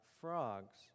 frogs